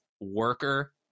worker